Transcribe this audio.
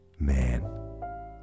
man